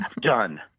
done